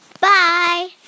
Bye